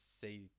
say